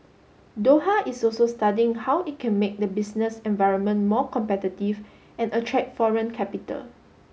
Doha is also studying how it can make the business environment more competitive and attract foreign capital